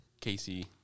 Casey